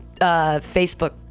Facebook